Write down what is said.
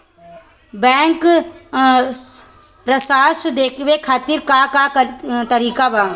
Bank सराश देखे खातिर का का तरीका बा?